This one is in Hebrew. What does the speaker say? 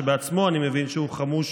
שבעצמו אני מבין שהוא חמוש